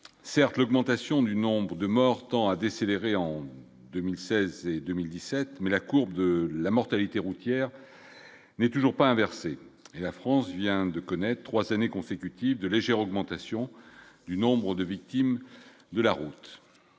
cercle : augmentation du nombre de morts tend à décélérer en 2016, 2017 mais la courbe de la mortalité routière, mais toujours pas inverser la France vient de connaître 3 années consécutives de légère augmentation du nombre de victimes de la route,